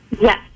Yes